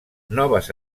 noves